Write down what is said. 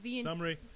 Summary